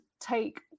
take